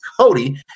cody